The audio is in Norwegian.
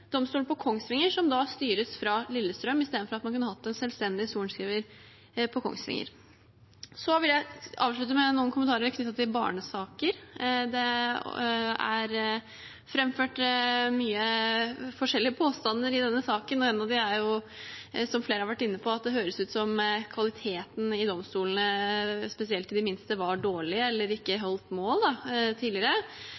på Kongsvinger, som da styres fra Lillestrøm, i stedet for at man kunne hatt en selvstendig sorenskriver på Kongsvinger. Så vil jeg avslutte med noen kommentarer knyttet til barnesaker. Det er framført mange forskjellige påstander i denne saken, og en av dem flere har vært inne på, er at det høres ut som kvaliteten i domstolene, spesielt i de minste, var dårlig eller ikke